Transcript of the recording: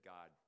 God